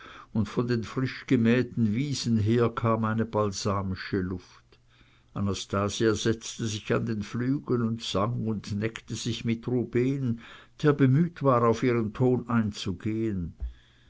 und von den frisch gemähten wiesen her kam eine balsamische luft anastasia setzte sich an den flügel und sang und neckte sich mit rubehn der bemüht war auf ihren ton einzugehen